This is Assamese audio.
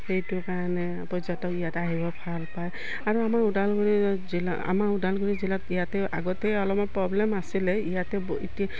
সেইটো কাৰণে পৰ্যটক ইয়াতে আহিব ভাল পায় আৰু আমাৰ ওদালগুৰি জিলা আমাৰ ওদালগুৰি জিলাত ইয়াতে আগতে অলপমান প্ৰব্লেম আছিলে ইয়াতে এতিয়া